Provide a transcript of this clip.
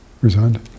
resigned